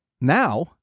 now